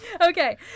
Okay